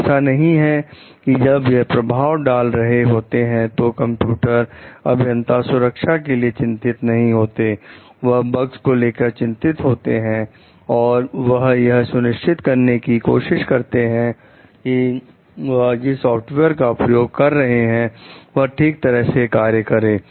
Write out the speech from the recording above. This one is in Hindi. तो ऐसा नहीं है कि जब यह प्रभाव डाल रहे होते हैं तो कंप्यूटर अभियंता सुरक्षा के लिए चिंतित नहीं होता है वह बगस को लेकर चिंतित होते हैं और वह यह सुनिश्चित करने की कोशिश करते हैं कि वह जिस सॉफ्टवेयर का प्रयोग कर रहे हैं वह ठीक तरह से कार्य करें